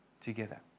together